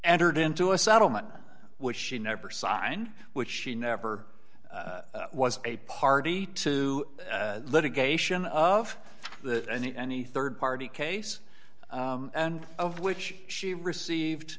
entered into a settlement which she never signed which she never was a party to litigation of that and any rd party case and of which she received